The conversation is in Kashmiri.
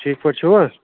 ٹھیٖک پٲٹھۍ چھِو حظ